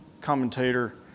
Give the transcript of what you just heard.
commentator